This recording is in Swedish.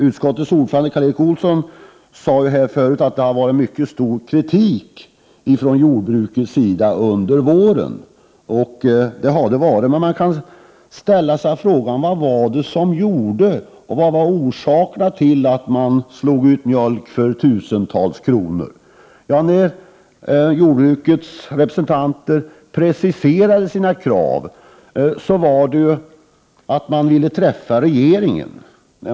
Utskottets ordförande, Karl Erik Olsson, har tidigare i dag sagt att det har riktats mycket hård kritik mot detta förslag från jordbrukets sida under våren, och det är riktigt. Då kan man ställa sig frågan vilka orsakerna var till att jordbrukarna slog ut mjölk till ett värde av tusentals kronor. När jordbrukets representanter preciserade sina krav visade det sig att de ville träffa regeringen.